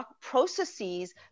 processes